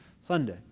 Sunday